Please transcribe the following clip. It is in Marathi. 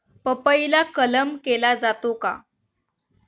पपईला कलम केला जातो का?